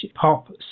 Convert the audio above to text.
pop